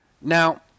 Now